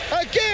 Again